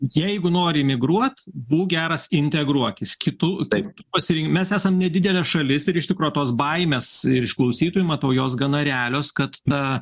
jeigu nori migruot būk geras integruokis kitu pasir mes esam nedidelė šalis ir iš tikro tos baimės ir iš klausytojų matau jos gana realios kad na